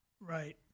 Right